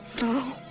No